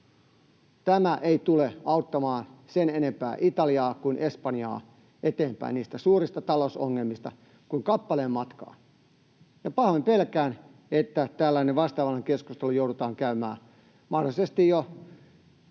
Tämä ei tule auttamaan sen enempää Italiaa kuin Espanjaa eteenpäin niistä suurista talousongelmista kuin kappaleen matkaa, ja pahoin pelkään, että tällainen vastaavanlainen keskustelu joudutaan käymään mahdollisesti jo